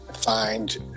find